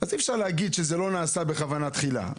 אי-אפשר להגיד שזה לא נעשה בכוונה תחילה.